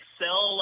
sell